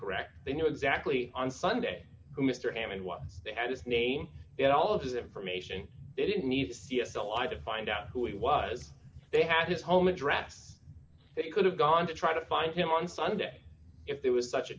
correct they knew exactly on sunday who mr hammond was they had to name it all as information they didn't need to see s l i to find out who he was they had his home address they could have gone to try to find him on sunday if there was such a